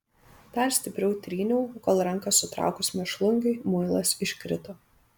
dar stipriau tryniau kol ranką sutraukus mėšlungiui muilas iškrito